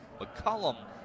McCollum